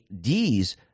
Ds